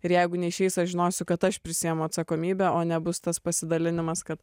ir jeigu neišeis aš žinosiu kad aš prisiimu atsakomybę o nebus tas pasidalinimas kad